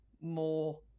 more